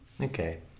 Okay